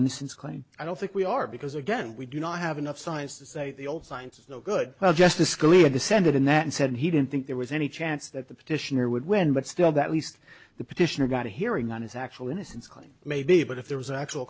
innocence claim i don't think we are because again we do not have enough science to say the old science is no good well justice scalia descended in that and said he didn't think there was any chance that the petitioner would win but still that least the petitioner got a hearing on his actual innocence calling maybe but if there was an actual